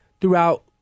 throughout